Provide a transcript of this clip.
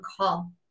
Call